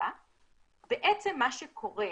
בעצם מה שקורה,